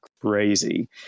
crazy